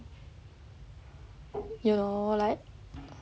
you know like